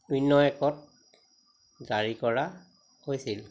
শূন্য একত জাৰী কৰা হৈছিল